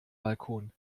balkon